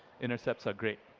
intercepts are great.